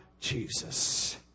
Jesus